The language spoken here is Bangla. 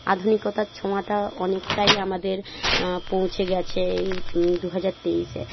আধুনিকতার ছোঁয়াটা অনেকটাই আমাদের পৌঁছে গেছে এই দু হাজার তেইশে